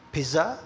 Pizza